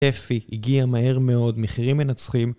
תפי הגיע מהר מאוד, מחירים מנצחים